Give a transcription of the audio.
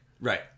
right